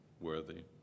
worthy